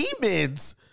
demons